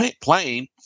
playing